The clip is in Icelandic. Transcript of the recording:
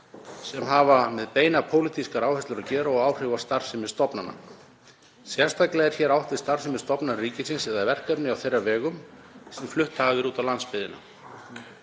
sem hafa með beinar pólitískar áherslur að gera og áhrif á starfsemi stofnana. Sérstaklega er hér átt við starfsemi stofnana ríkisins eða verkefni á þeirra vegum sem flutt hafa verið út á landsbyggðina.